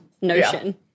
notion